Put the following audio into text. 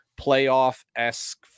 playoff-esque